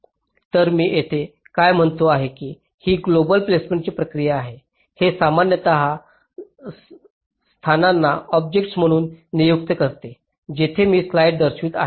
तर मी येथे काय म्हणतो आहे की ही ग्लोबल प्लेसमेंट्सची प्रक्रिया आहे हे सामान्यत स्थानांना ऑब्जेक्ट्स म्हणून नियुक्त करते जिथे मी स्लाइड दर्शवित आहे